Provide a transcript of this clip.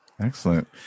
Excellent